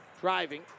driving